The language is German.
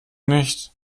nicht